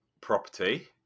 property